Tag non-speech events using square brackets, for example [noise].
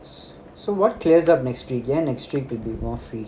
s~ so what clears up next week ஏன்:yen next week [laughs]